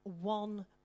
one